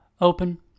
Open